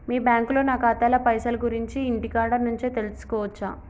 మీ బ్యాంకులో నా ఖాతాల పైసల గురించి ఇంటికాడ నుంచే తెలుసుకోవచ్చా?